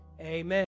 Amen